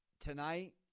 tonight